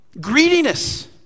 Greediness